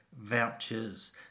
vouchers